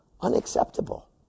Unacceptable